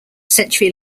century